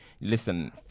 Listen